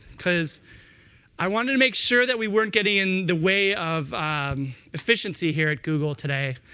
because i wanted to make sure that we weren't getting in the way of efficiency here at google today.